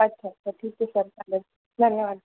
अच्छा अच्छा ठीक आहे सर चालेल धन्यवाद